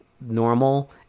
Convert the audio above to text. Normal